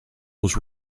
was